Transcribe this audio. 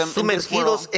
sumergidos